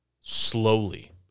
slowly